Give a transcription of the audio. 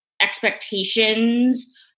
expectations